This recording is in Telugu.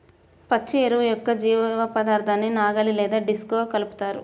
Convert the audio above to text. పచ్చి ఎరువు యొక్క జీవపదార్థాన్ని నాగలి లేదా డిస్క్తో కలుపుతారు